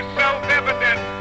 self-evident